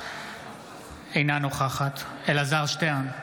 אינה נוכחת אלעזר שטרן,